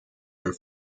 are